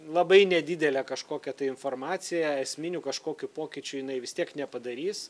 labai nedidelė kažkokia tai informacija esminių kažkokių pokyčių jinai vis tiek nepadarys